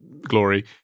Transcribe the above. glory